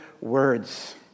words